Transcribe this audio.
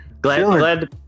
glad